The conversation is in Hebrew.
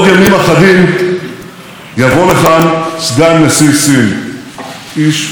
איש מאוד מאוד חשוב במעצמה הזו,